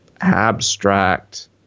abstract